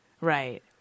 Right